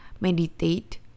meditate